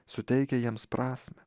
suteikia jiems prasmę